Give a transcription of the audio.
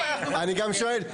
אני גם שואל,